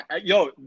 yo